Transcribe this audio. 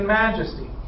majesty